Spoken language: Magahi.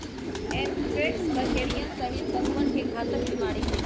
एंथ्रेक्स बकरियन सहित पशुअन के घातक बीमारी हई